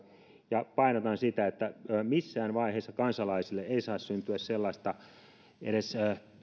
ja painotan sitä että missään vaiheessa kansalaisille ei saa syntyä edes sellaista